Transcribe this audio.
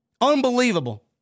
Unbelievable